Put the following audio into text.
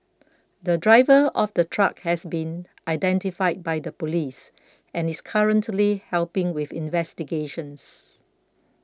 the driver of the truck has been identified by the police and is currently helping with investigations